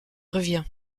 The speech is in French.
revient